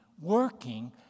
working